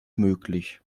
möglich